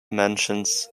mansions